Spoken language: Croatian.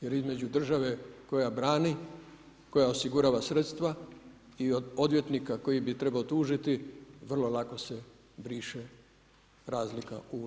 Jer između države koja brani, koja osigurava sredstva i od odvjetnika koji bi trebao tužiti vrlo lako se briše razlika u ulogama.